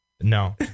No